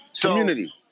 Community